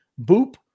Boop